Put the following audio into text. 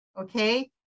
Okay